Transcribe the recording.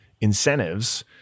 incentives